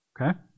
Okay